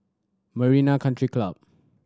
Marina Country Club